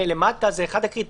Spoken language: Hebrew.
הרי למטה זה אחד הקריטריונים,